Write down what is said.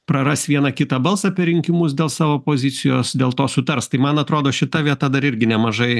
praras vieną kitą balsą per rinkimus dėl savo pozicijos dėl to sutars tai man atrodo šita vieta dar irgi nemažai